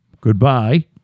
Goodbye